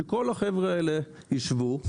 שכל החבר'ה האלה ישבו,